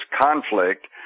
conflict